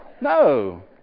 No